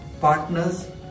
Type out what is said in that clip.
partners